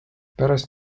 pärast